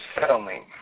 settling